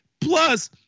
Plus